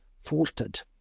faltered